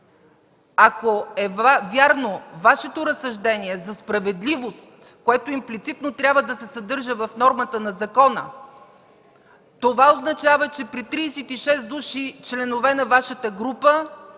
Ако е вярно Вашето разсъждение за справедливост, което имплицитно трябва да се съдържа в нормата на закона, това означава, че при 36 души членове на Вашата група,